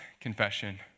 confession